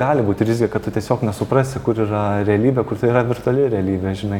gali būt rizika tu tiesiog nesuprasi kur yra realybė kur tai yra virtuali realybė žinai